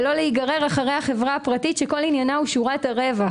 ולא להיגרר אחרי החברה הפרטית שכל עניינה הוא שורת הרווח,